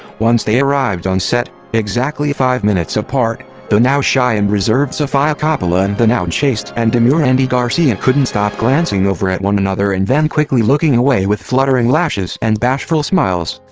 once they arrived on set, exactly five minutes apart, the now shy and reserved sofia coppola and the now chaste and demure andy garcia couldn't stop glancing over at one another and then quickly looking away with fluttering lashes and bashful smiles!